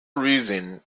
reason